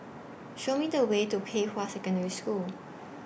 Show Me The Way to Pei Hwa Secondary School